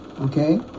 okay